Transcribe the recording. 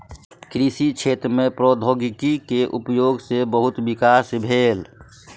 कृषि क्षेत्र में प्रौद्योगिकी के उपयोग सॅ बहुत विकास भेल